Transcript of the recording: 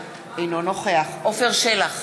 אינו נוכח נחמן שי, אינו נוכח עפר שלח,